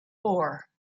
four